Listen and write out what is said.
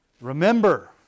Remember